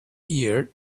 year